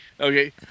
Okay